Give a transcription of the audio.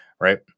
right